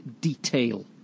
Detail